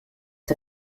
der